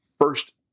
first